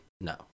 no